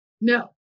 no